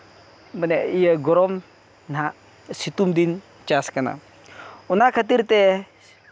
ᱢᱟᱱᱮ ᱤᱭᱟᱹ ᱜᱚᱨᱚᱢ ᱱᱟᱦᱟᱸᱜ ᱥᱤᱛᱩᱝ ᱫᱤᱱ ᱪᱟᱥ ᱠᱟᱱᱟ ᱚᱱᱟ ᱠᱷᱟᱹᱛᱤᱨ ᱛᱮ